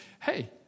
hey